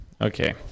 Okay